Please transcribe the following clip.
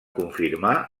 confirmar